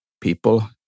people